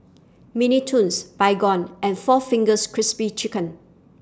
Mini Toons Baygon and four Fingers Crispy Chicken